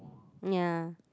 ya